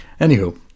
Anywho